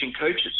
coaches